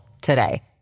today